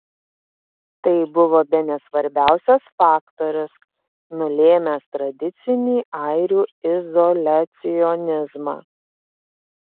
tai buvo bene svarbiausias faktorius nulėmęs tradicinį airių izoliacionizmą